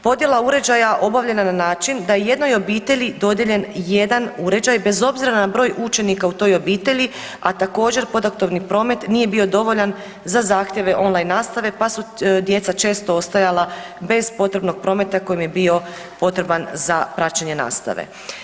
Podjela uređaja obavljena je na način da je jednoj obitelji dodijeljen jedan uređaj bez obzira na broj učenika u toj obitelji, a također podatkovni promet nije bio dovoljan za zahtjeve on-line nastava pa su djeca često ostajala bez potrebnog prometa koji im je bio potreban za praćenje nastave.